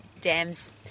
dams